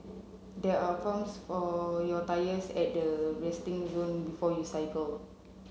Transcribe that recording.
there are pumps for your tyres at the resting zone before you cycle